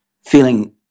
feeling